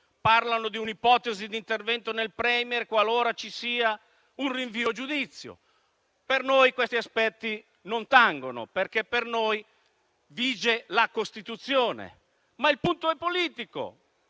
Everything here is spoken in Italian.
parlano di un'ipotesi di intervento del *Premier* qualora ci sia un rinvio a giudizio. Per noi questi aspetti non incidono, perché per noi vige la Costituzione. Ma il punto è politico: